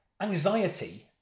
Anxiety